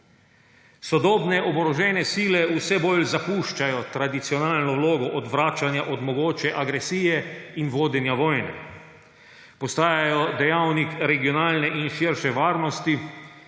Sodobne oborožene sile vse bolj zapuščajo tradicionalno vlogo odvračanja od mogoče agresije in vodenja vojne. Postajajo dejavnik regionalne in širše varnosti